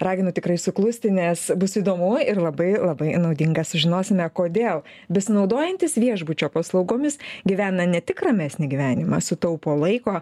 raginu tikrai suklusti nes bus įdomu ir labai labai naudinga sužinosime kodėl besinaudojantys viešbučio paslaugomis gyvena ne tik ramesnį gyvenimą sutaupo laiko